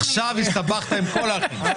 עכשיו הסתבכת עם כל האחים.